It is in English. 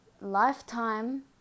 lifetime